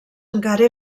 encara